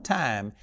time